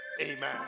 amen